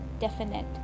definite